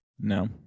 No